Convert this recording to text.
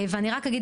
ואני רק אגיד,